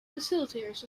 facilitators